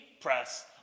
Press